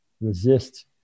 resist